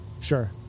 Sure